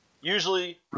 Usually